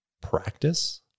practice